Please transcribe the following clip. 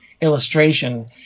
illustration